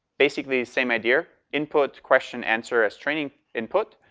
basically, same idea. input, question, answer as training input,